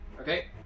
Okay